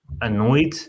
annoyed